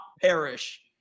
perish